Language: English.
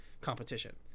competition